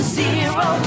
zero